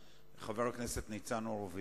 חבר הכנסת, אני מאוד מבקש.